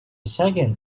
second